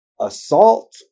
assault